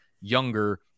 younger